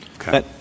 Okay